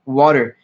water